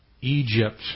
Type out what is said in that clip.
Egypt